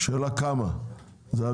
השאלה היא כמה זה יהיה.